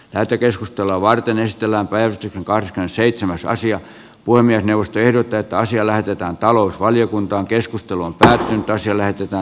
lähetekeskustelua varten tilapäisesti korkka seitsemäs asiat poimienius ehdotetaan siellä työtään talousvaliokuntaa keskustelua käytiin ja meidän viestimme